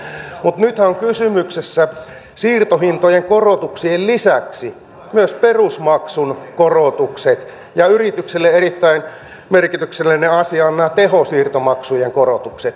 mutta nythän ovat kysymyksessä siirtohintojen korotuksien lisäksi myös perusmaksun korotukset ja yritykselle erittäin merkityksellinen asia ovat nämä tehosiirtomaksujen korotukset